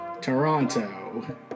Toronto